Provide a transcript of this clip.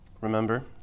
remember